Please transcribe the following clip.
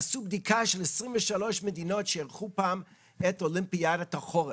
עשו בדיקה של 23 מדינות שאירחו פעם את אולימפיאדת החורף,